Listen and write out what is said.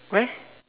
where